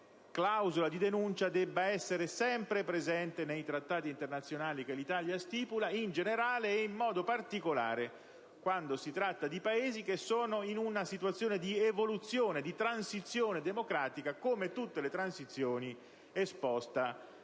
la clausola di denuncia, debba essere sempre presente nel trattati internazionali che l'Italia stipula, in generale e in modo particolare quando si tratta di Paesi che sono in una situazione di evoluzione, di transizione democratica e, come per tutte le transizioni, esposti